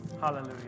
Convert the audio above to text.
Hallelujah